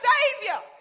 Savior